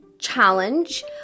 challenge